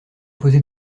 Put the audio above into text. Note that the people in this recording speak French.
poser